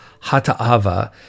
Hata'ava